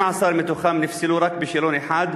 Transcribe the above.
15. ב-12 מהם התלמידים נפסלו רק בשאלון אחד,